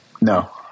No